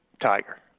Tiger